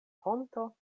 honto